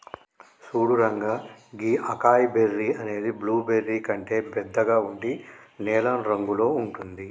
సూడు రంగా గీ అకాయ్ బెర్రీ అనేది బ్లూబెర్రీ కంటే బెద్దగా ఉండి నీలం రంగులో ఉంటుంది